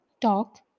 talk